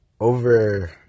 over